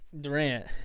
Durant